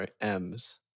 M's